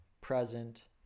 present